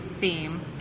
theme